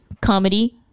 comedy